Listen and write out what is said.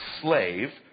slave